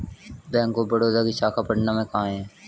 Bank of Baroda की शाखा पटना में कहाँ है?